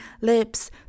lips